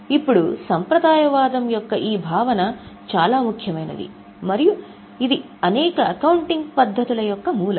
ఇప్పుడు సంప్రదాయవాదం యొక్క ఈ భావన చాలా ముఖ్యమైనది మరియు ఇది అనేక అకౌంటింగ్ పద్ధతుల యొక్క మూలం